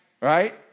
right